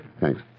Thanks